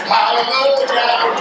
Hallelujah